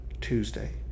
Tuesday